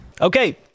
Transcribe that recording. okay